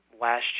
Last